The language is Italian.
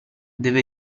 deve